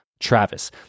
Travis